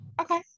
Okay